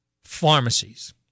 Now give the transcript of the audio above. pharmacies